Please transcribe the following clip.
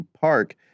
Park